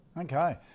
Okay